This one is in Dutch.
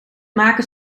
maken